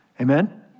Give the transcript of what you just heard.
Amen